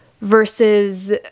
versus